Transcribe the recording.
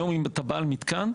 היום אם אתה בעל מתקן,